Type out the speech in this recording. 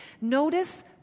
Notice